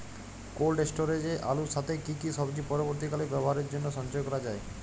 Cold স্টোরেজে আলুর সাথে কি কি সবজি পরবর্তীকালে ব্যবহারের জন্য সঞ্চয় করা যায়?